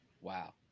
Wow